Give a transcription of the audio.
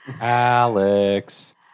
Alex